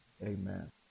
Amen